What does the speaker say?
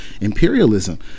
imperialism